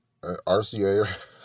RCA